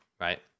right